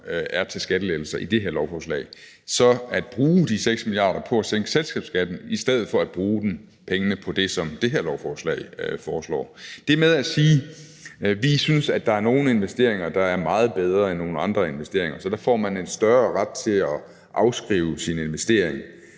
er til skattelettelser i det her lovforslag, så at bruge de 6 mia. kr. på at sænke selskabsskatten i stedet for at bruge pengene på det, som det her lovforslag foreslår. Det med at sige, at man synes, at der er nogle investeringer, der er meget bedre end nogle andre investeringer, så der får man en større ret til at afskrive sin investering